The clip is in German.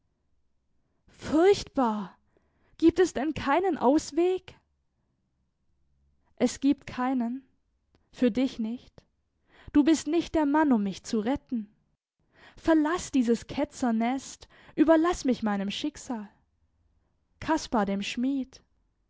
furchtbar gibt es denn keinen ausweg es gibt keinen für dich nicht du bist nicht der mann um mich zu retten verlaß dieses ketzernest überlaß mich meinem schicksal kaspar dem schmied